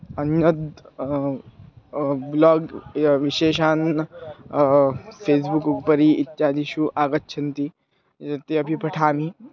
अन्यद् ब्लाग् य विशेषान् फेस्बुक् उपरि इत्यादिषु आगच्छन्ति एते अपि पठामि